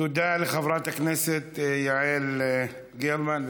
תודה לחברת הכנסת יעל גרמן.